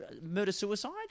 murder-suicide